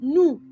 Nous